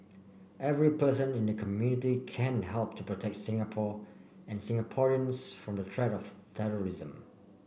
every person in the community can help to protect Singapore and Singaporeans from the threat of terrorism